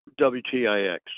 wtix